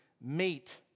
meet